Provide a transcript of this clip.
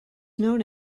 known